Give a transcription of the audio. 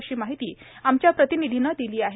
अशी माहिती आमच्या प्रतिनिधीने दिली आहे